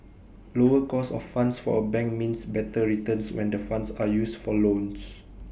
lower cost of funds for A bank means better returns when the funds are used for loans